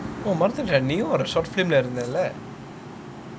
மறந்துட்டே நீயும் ஒரு:maranthutae neeyum oru short film இருந்தள்ள:irunthalla